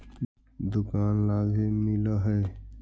दुकान ला भी मिलहै?